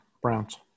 Browns